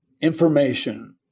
information